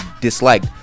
dislike